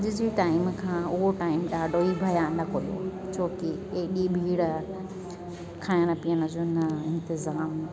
अॼु जे टाइम खां उहो ॾाढो ई भयानकु हुयो छोकि एॾी भीड़ खाइण पीअण जो न इंतज़ामु